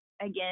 Again